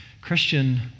Christian